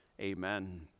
Amen